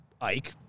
Ike